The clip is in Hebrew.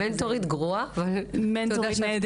מנטורית גרועה, אבל תודה שאת מפרגנת.